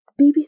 BBC